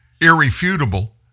irrefutable